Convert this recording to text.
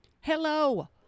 hello